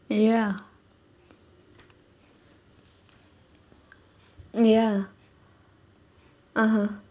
ya ya (uh huh)